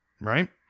Right